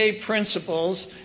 principles